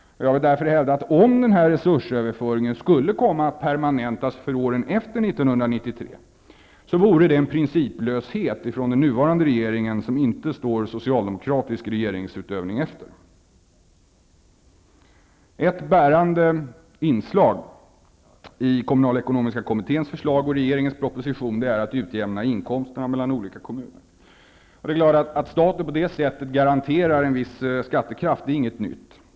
Jag vill därför hävda att det, om denna resursöverföring skulle komma att permanentas för åren efter 1993, vore en principlöshet från den nuvarande regeringen som inte står socialdemokratisk regeringsutövning efter. Ett bärande inslag i kommunalekonomiska kommitténs förslag och regeringens proposition är att utjämna inkomsterna mellan olika kommuner. Att staten på detta sätt garanterar en viss skattekraft är inget nytt.